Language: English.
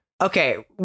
Okay